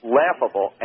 laughable